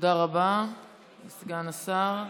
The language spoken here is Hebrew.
תודה רבה לסגן השר.